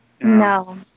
No